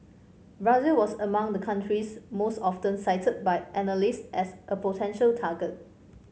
Brazil was among the countries most often cited by analyst as a potential target